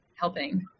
helping